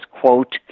quote